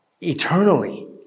Eternally